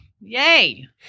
yay